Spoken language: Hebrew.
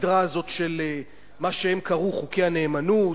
בסדרה הזאת, של מה שהם קראו חוקי הנאמנות,